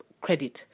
credit